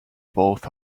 both